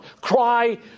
Cry